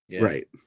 right